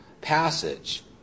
passage